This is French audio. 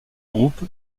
groupe